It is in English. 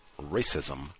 racism